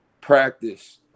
Practice